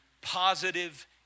Positive